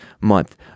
month